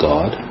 God